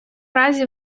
разі